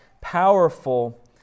powerful